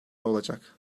olacak